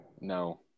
No